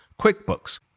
QuickBooks